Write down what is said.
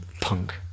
punk